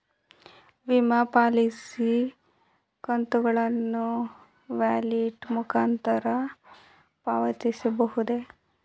ವಿಮಾ ಪಾಲಿಸಿ ಕಂತುಗಳನ್ನು ವ್ಯಾಲೆಟ್ ಮುಖಾಂತರ ಪಾವತಿಸಬಹುದೇ?